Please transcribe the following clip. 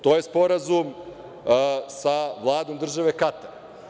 To je sporazum sa Vladom države Katar.